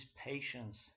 patience